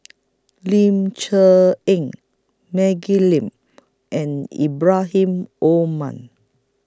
Ling Cher Eng Maggie Lim and Ibrahim Omar